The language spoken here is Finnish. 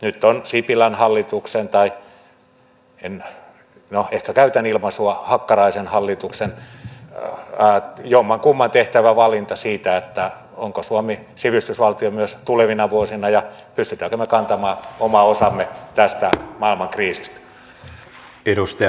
nyt on sipilän hallituksen tai no ehkä käytän ilmaisua hakkaraisen hallituksen jommankumman tehtävä valinta siitä onko suomi sivistysvaltio myös tulevina vuosina ja pystymmekö me kantamaan oman osamme tästä maailman kriisistä